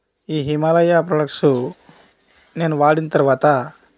ఈ హిమాలయా ప్రొడక్ట్స్ నేను వాడిన తరువాత